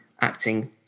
acting